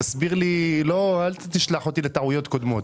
אל תשלח אותי לטעויות קודמות.